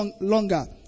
longer